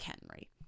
Henry